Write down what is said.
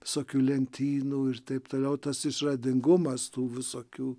visokių lentynų ir taip toliau tas išradingumas tų visokių